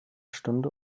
stunde